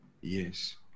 Yes